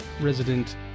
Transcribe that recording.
resident